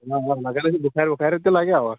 اَوا لگے لگے بُخارِ وُخارِ تہِ لگہِ اَوا